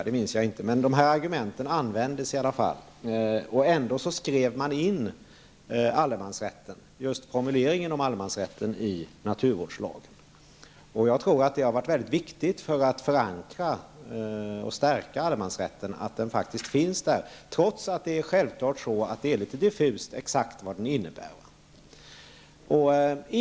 Jag minns inte hur det var 1964. Men det var dessa argument som användes. Ändå skrevs formuleringen om allemansrätten in i naturvårdslagen. Jag tror att det har varit viktigt för att förankra och stärka allemansrätten att begreppet faktiskt finns med i lagen -- trots att det är litet diffust vad det innebär.